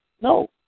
No